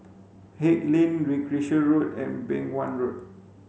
Haig Lane Recreation Road and Beng Wan Road